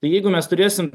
jeigu mes turėsim